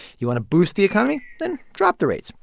you want to boost the economy? then drop the rates,